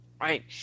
right